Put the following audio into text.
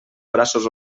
braços